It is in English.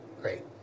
Great